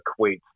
equates